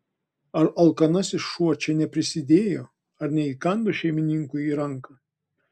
ar alkanasis šuo čia neprisidėjo ar neįkando šeimininkui į ranką